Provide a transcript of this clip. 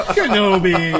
Kenobi